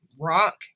rock